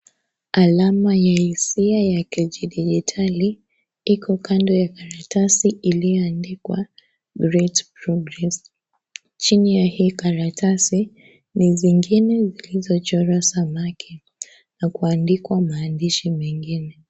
Alama ya hisia ya kidijitali, iko kando ya karatasi iliyoandikwa Great Progress . Chini ya hii karatasi, ni zingine zilizochorwa samaki na kuandikwa maandishi mengine.